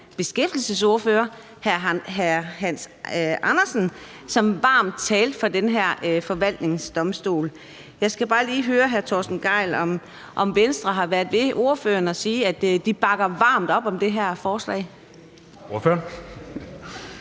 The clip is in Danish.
beskæftigelsesordfører, hr. Hans Andersen, som varmt talte for den her forvaltningsdomstol. Jeg skal bare lige høre hr. Torsten Gejl: Har Venstre været ved ordføreren for at sige, at de bakker varmt op om det her forslag?